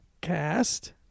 cast